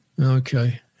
Okay